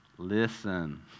Listen